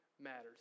matters